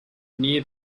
near